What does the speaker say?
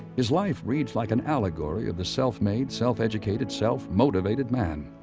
his life reads like an allegory of the self-made, self-educated, self-motivated man.